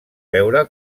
veure